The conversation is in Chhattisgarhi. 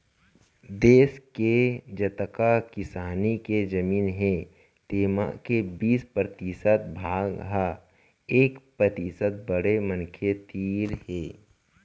देस के जतका किसानी के जमीन हे तेमा के बीस परतिसत भाग ह एक परतिसत बड़े मनखे तीर हे